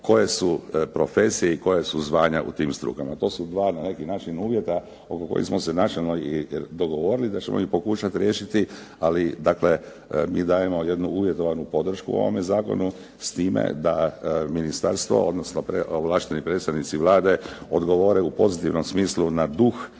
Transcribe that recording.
koje su profesije i koja su zvanja u tim strukama. To su dva na neki način uvjeta oko kojih smo se načelno dogovorili da ćemo ih pokušati riješiti, ali dakle mi dajemo jednu uvjetovanu podršku ovome zakonu s time da ministarstvo odnosno ovlašteni predstavnici Vlade odgovore u pozitivnom smislu na duh